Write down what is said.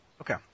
Okay